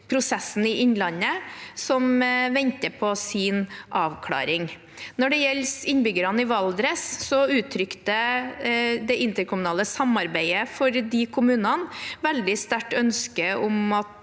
prosessen i Innlandet, som venter på sin avklaring. Når det gjelder innbyggerne i Valdres, uttrykte det interkommunale samarbeidet for de kommunene et veldig sterkt ønske om at